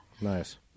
Nice